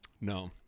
No